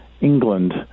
England